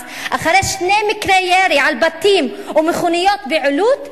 אחרי שני מקרי ירי על בתים ומכוניות בעילוט?